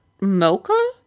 mocha